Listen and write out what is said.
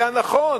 היה נכון